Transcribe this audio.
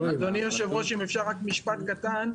אדוני היושב ראש, אם אפשר עוד משפט קטן.